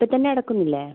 ഇപ്പോൾ തന്നെ അടക്കുന്നില്ലേ